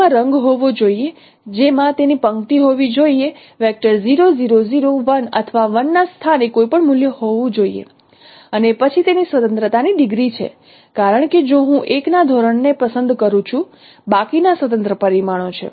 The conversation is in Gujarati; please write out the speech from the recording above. તેમાં રંગ હોવો જોઈએ જેમાં તેની પંક્તિ હોવી જોઈએ 0 0 0 1 અથવા 1 ના સ્થાને કોઈપણ મૂલ્ય હોવું જોઈએ અને પછી તેની સ્વતંત્રતા ની ડિગ્રી છે કારણ કે જો હું 1 ના ધોરણને પસંદ કરું છું બાકીના સ્વતંત્ર પરિમાણો છે